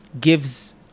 gives